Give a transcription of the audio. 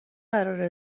قراره